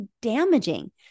damaging